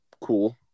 cool